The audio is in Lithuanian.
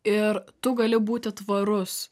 ir tu gali būti tvarus